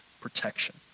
protection